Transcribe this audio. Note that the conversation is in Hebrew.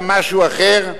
האם הממשלה החליטה משהו אחר?